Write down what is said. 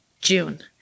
June